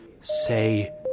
say